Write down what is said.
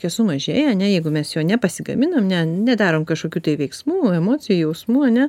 jo sumažėja ane jeigu mes jo nepasigaminam ne nedarom kažkokių veiksmų emocijų jausmų ane